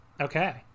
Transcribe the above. Okay